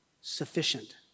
sufficient